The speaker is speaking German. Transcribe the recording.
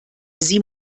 sie